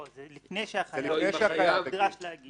זה לפני שהחייב נדרש להגיב.